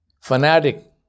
Fanatic